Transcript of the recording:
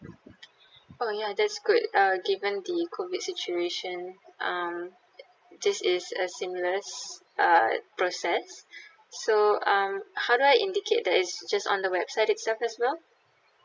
oh ya that's good uh given the COVID situation um this is a seamless uh process so um how do I indicate that it's just on the website itself as well